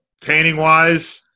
Painting-wise